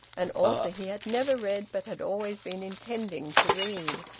an author he had never read but had always been intending to read.